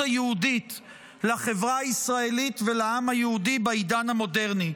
היהודית לחברה הישראלית ולעם היהודי בעידן המודרני.